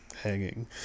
hanging